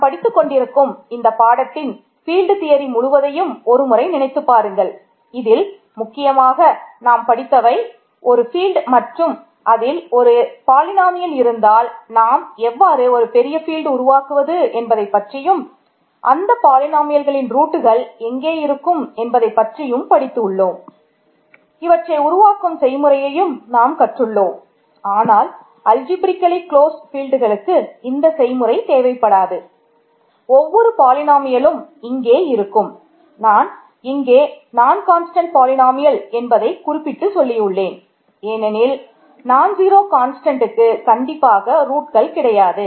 நாம் படித்துக் கொண்டிருக்கும் இந்த பாடத்தின் ஃபீல்ட் கிடையாது